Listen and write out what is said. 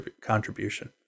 contribution